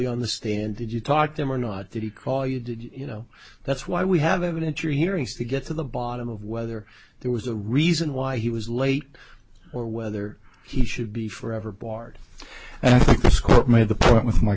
on the stand did you talk to him or not did he call you did you know that's why we have evidence or hearings to get to the bottom of whether there was a reason why he was late or whether he should be forever barred from school it made the point with my